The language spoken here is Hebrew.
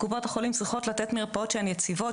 קופות החולים צריכות לתת מרפאות שהן יציבות,